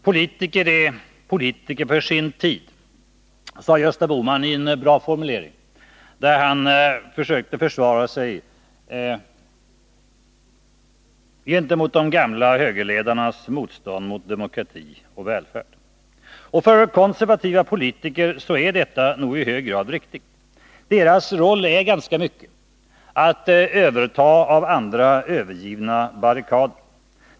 Politiker är politiker för sin tid, sade Gösta Bohman med en bra formulering när han försökte försvara sig gentemot de gamla högerledarnas motstånd mot demokrati och välfärd. Och för konservativa politiker är detta nog i hög grad riktigt. Deras roll är ganska mycket att överta av andra övergivna barrikader.